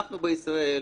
אנחנו בישראל,